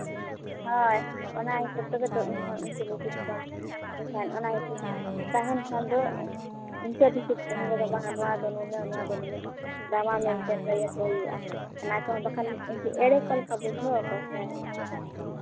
ᱦᱳᱭ ᱚᱱᱟ ᱦᱤᱥᱟᱹᱵᱽ ᱛᱚᱵᱮ ᱛᱚ ᱩᱱᱠᱩ ᱞᱮ ᱤᱫᱤ ᱠᱚᱣᱟ ᱮᱱᱠᱷᱟᱱ ᱚᱱᱟ ᱦᱤᱥᱟᱹᱵᱽ ᱛᱟᱦᱮᱱ ᱠᱷᱟᱱ ᱫᱚ ᱵᱟᱝ ᱟ ᱱᱚᱣᱟ ᱫᱚ ᱱᱩᱱᱟᱹᱜ ᱱᱚᱣᱟ ᱫᱚ ᱱᱩᱱᱟᱹᱜ ᱫᱟᱢᱟ ᱢᱮᱱᱛᱮ ᱞᱟᱹᱭ ᱟᱠᱚ ᱦᱩᱭᱩᱜᱼᱟ ᱚᱱᱟ ᱠᱚᱦᱚᱸ ᱵᱟᱠᱷᱟᱱ ᱮᱲᱮ ᱠᱚ ᱞᱮᱠᱟ ᱵᱩᱡᱷᱟᱹᱣᱟᱠᱚ ᱥᱮ